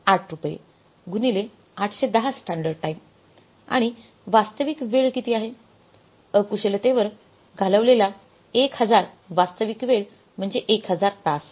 8रुपये गुणिले 810 standard time आणि वास्तविक वेळ किती आहे अकुशलतेवर घालवलेला 1000 वास्तविक वेळ म्हणजे 1000 तास